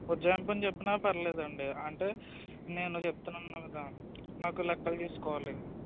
ఉజ్జాయింపున చెప్పిన పర్లేదు అండి అంటే నేను చెప్తున్నాను కదా మాకు లెక్కలు తీసుకోవాలి